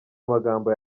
amagambo